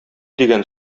дигән